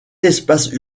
espace